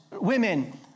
women